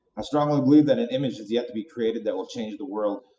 i strongly believe that an image is yet to be created that will change the world,